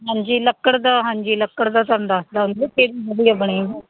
ਹਾਂਜੀ ਲੱਕੜ ਦਾ ਹਾਂਜੀ ਲੱਕੜ ਦਾ ਤੁਹਾਨੂੰ ਦੱਸ ਦਿਆਂਗੇ ਕਿਹਦੀ ਵਧੀਆ ਬਣੇਗੀ